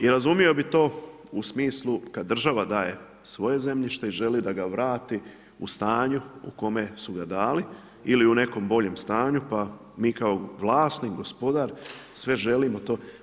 I razumio bi to u smislu kada država daje svoje zemljište i želi da ga vrati u stanju u kome su ga dali ili u nekom boljem stanju pa mi kao vlasnik, gospodar sve želimo to.